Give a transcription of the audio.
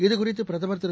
இதுகுறித்து பிரதமர் திரு